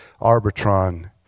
Arbitron